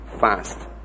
fast